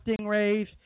stingrays